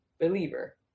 believer